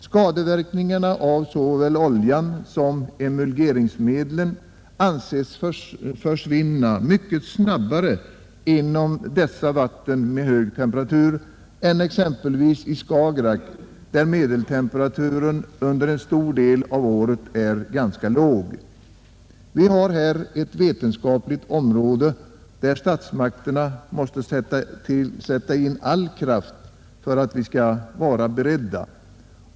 Skadeverkningarna av såväl oljan som emulgeringsmedlen anses försvinna mycket snabbare inom dessa vatten med högre temperaturer än exempelvis i Skagerack, där medeltemperaturen under en stor del av året är ganska låg. Vi har här ett vetenskapligt område där statsmakterna måste sätta till all kraft för att vi skall vara beredda.